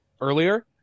earlier